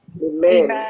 Amen